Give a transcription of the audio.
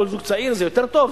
זה יותר טוב?